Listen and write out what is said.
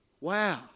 Wow